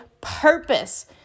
purpose